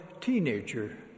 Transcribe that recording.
teenager